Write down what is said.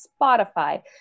Spotify